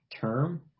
term